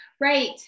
Right